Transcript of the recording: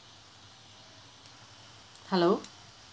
hello